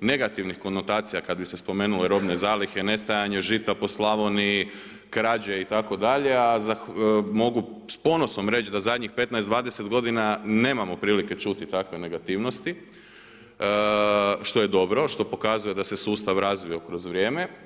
negativnih konotacija kada bi se spomenule robne zalihe, nestajanje žita po Slavoniji, krađe itd., a mogu s ponosom reći da zadnjih 15, 20 godina nemamo prilike čuti takve negativnosti što je dobro, što pokazuje da se sustav razvio kroz vrijeme.